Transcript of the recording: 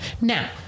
now